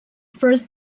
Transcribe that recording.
first